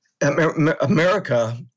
America